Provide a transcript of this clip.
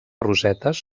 rosetes